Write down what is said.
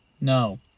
no